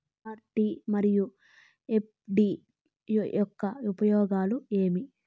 RD మరియు FD యొక్క ఉపయోగాలు ఏమి?